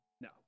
No